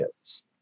kids